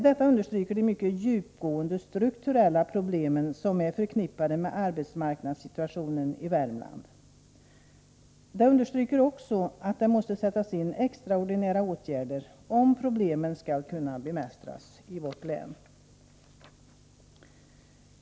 Detta understryker de mycket djupgående strukturella problem som är förknippade med arbetsmarknadssituationen i Värmland. Det understryker också att extraordinära åtgärder måste sättas in, om problemen skall kunna bemästras i vårt län.